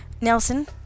Nelson